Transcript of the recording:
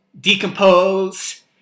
decompose